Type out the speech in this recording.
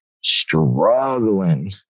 struggling